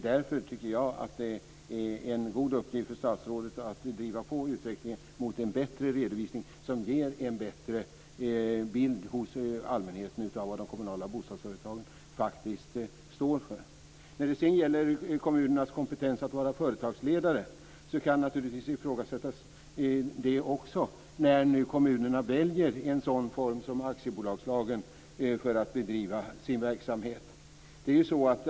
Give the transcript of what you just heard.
Jag tycker därför att det är en god uppgift för statsrådet att driva på utvecklingen mot en redovisning som ger en bättre bild hos allmänheten av vad de kommunala bostadsföretagen faktiskt står för. Också kommunernas kompetens att vara företagsledare kan naturligtvis ifrågasättas när kommunerna nu väljer en sådan driftsform som aktiebolagsformen för att bedriva sin verksamhet.